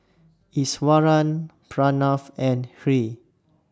Iswaran Pranav and Hri